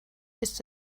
ist